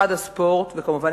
כמובן,